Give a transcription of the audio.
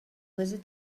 visit